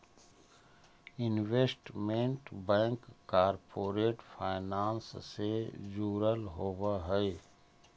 investment bank corporate finance से जुड़ल होवऽ हइ